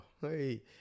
Hey